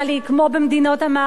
כמו במדינות המערב,